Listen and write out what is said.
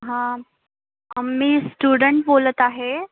हां मी स्टुडंट बोलत आहे